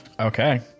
Okay